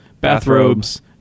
bathrobes